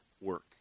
work